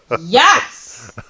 yes